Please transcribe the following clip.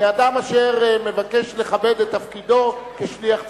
כאדם אשר מבקש לכבד את תפקידו כשליח ציבור.